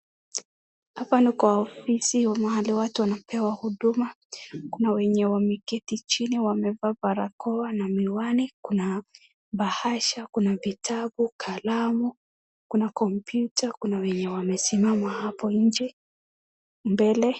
Hapa ni kwa ofisi mahali watu wanapewa huduma kuna wenye wameketi chini wamevaa barakoa na miwani kuna bahasha vitabu kalamu kuna kompyuta kuna wenye wamesimama hapo nje mbele.